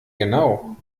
genau